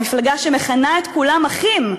המפלגה שמכנה את כולם "אחים",